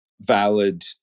valid